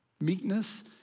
Meekness